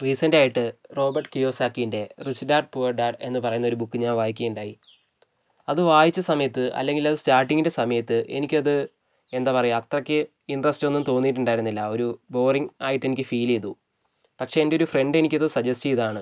recent ആയിട്ട് Robert കിയോസാക്കിൻ്റെ Rich Dad Poor Dad എന്ന് പറയുന്നൊരു ബുക്ക് ഞാൻ വായിക്കുകയുണ്ടായി അത് വായിച്ച സമയത്ത് അല്ലെങ്കിൽ അത് സ്റ്റാർട്ടിങ്ങിൻ്റെ സമയത്ത് എനിക്കത് എന്താ പറയുക അത്രയ്ക്ക് ഇൻട്രസ്റ്റോന്നും തോന്നിയിട്ടുണ്ടായിരുന്നില്ല ആ ഒരു ബോറിംഗ് ആയിട്ട് എനിക്ക് ഫീൽ ചെയ്തു പക്ഷേ എൻ്റെയൊരു ഫ്രണ്ട് എനിക്കത് സജസ്റ്റ് ചെയ്തതാണ്